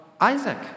Isaac